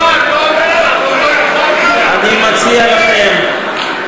אני מציע לכם,